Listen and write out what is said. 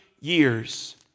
years